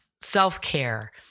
self-care